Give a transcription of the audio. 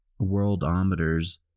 Worldometers